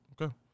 Okay